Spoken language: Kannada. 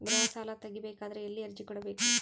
ಗೃಹ ಸಾಲಾ ತಗಿ ಬೇಕಾದರ ಎಲ್ಲಿ ಅರ್ಜಿ ಕೊಡಬೇಕು?